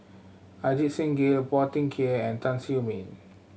Ajit Singh Gill Phua Thin Kiay and Tan Siew Sin